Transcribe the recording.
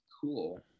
Cool